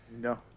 No